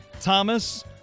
Thomas